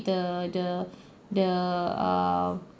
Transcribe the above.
the the the err